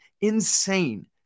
insane